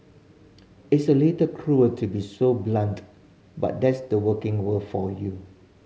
it's a little cruel to be so blunt but that's the working world for you